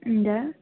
हजुर